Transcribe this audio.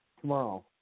tomorrow